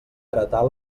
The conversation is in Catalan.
heretar